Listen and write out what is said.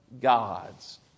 God's